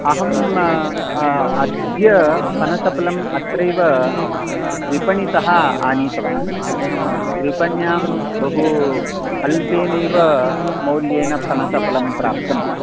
अहं अ अ अद्य पनसफलम् अत्रैव विपणित आनीतवान् विपण्यां बहु अल्पेणैव मौल्येण पनसफलं प्राप्तम्